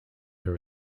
her